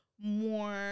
more